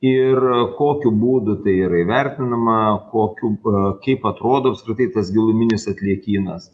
ir kokiu būdu tai yra įvertinama kokiu kaip atrodo apskritai tas giluminis atliekynas